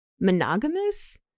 monogamous